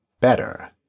better